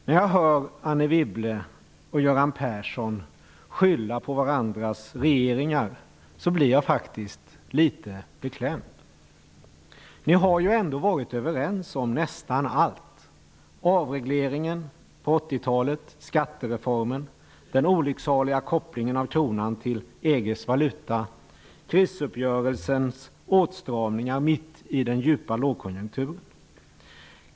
När jag hör Anne Wibble och Göran Persson skylla på varandras regeringar blir jag faktiskt litet beklämd. Ni har ju ändå varit överens om nästan allt: avregleringen på 80-talet, skattereformen, den olycksaliga kopplingen av kronan till EG:s valuta och krisuppgörelsens åtstramningar mitt i den djupa lågkonjunkturen.